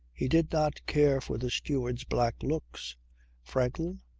he did not care for the steward's black looks franklin,